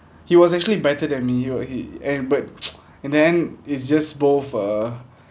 he was actually better than me you know he uh but at the end it's just both uh